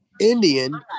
Indian